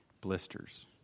Blisters